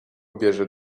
bierze